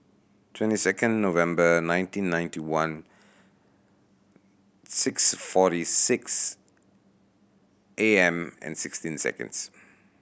twenty second November nineteen ninety one six forty six A M and sixteen seconds